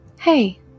Hey